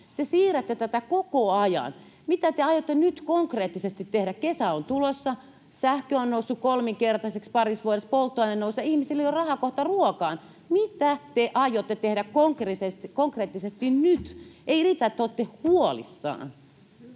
siirrätte tätä koko ajan. Mitä te aiotte nyt konkreettisesti tehdä? Kesä on tulossa, sähkö on noussut kolminkertaiseksi parissa vuodessa, ja polttoaine nousee. Ihmisillä ei ole rahaa kohta ruokaan. Mitä te aiotte tehdä konkreettisesti nyt? Ei riitä, että te olette huolissanne.